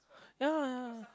ya ya ya